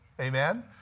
Amen